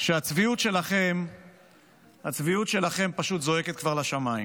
שהצביעות שלכם פשוט זועקת כבר לשמיים.